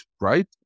right